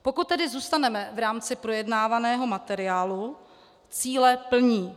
Pokud tedy zůstaneme v rámci projednávaného materiálu, cíle plní.